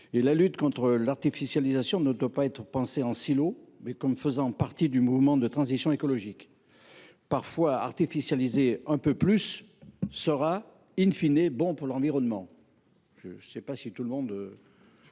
La lutte contre l’artificialisation doit être pensée non pas en silo, mais comme faisant partie du mouvement de transition écologique. Parfois, artificialiser un peu plus sera,, bon pour l’environnement – je ne suis pas certain que tout le monde